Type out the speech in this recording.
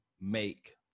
make